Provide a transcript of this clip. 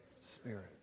Spirit